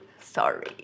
Sorry